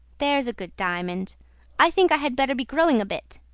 there's a good diamond i think i had better be growing a bit.